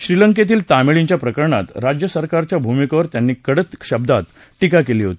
श्रीलंकेतील तामिळींच्या प्रकरणात राज्यसरकारच्या भूमिकेवर त्यांनी कडक शब्दात टीका केली होती